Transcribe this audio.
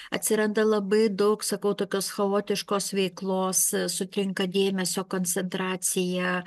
atsiranda labai daug sakau tokios chaotiškos veiklos sutrinka dėmesio koncentracija